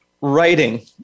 writing